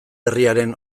herriaren